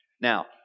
Now